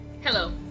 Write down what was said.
Hello